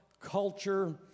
culture